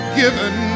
given